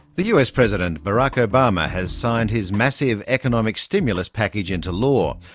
the us president, barack obama, has signed his massive economic stimulus package into law.